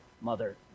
mother